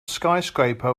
skyscraper